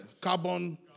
carbon